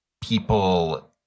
people